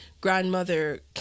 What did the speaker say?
grandmother